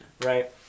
right